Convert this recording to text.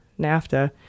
NAFTA